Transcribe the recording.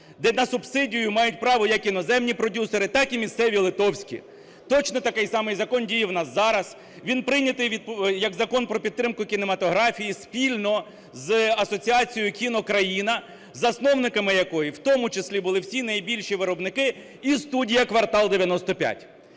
де на субсидію мають право як іноземні продюсери, так і місцеві литовські, точно такий самий закон діє у нас зараз. Він прийнятий як Закон про підтримку кінематографії спільно з Асоціацією "КіноКраїна", засновниками якої в тому числі були всі найбільші виробники і студія "Квартал 95".